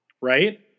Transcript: right